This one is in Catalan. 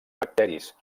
bacteris